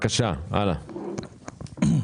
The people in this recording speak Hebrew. (ג)